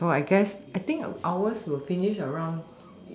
oh I guess I think ours will finish around